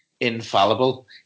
infallible